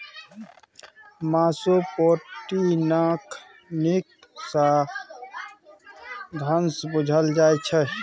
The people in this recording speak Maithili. मासु प्रोटीनक नीक साधंश बुझल जाइ छै